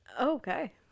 Okay